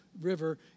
river